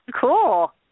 Cool